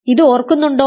ഇത് ഓർക്കുന്നുണ്ടോ